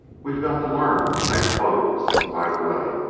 we've got to learn to make clothes and, by the way,